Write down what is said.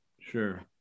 Sure